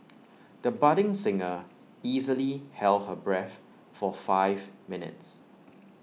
the budding singer easily held her breath for five minutes